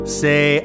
say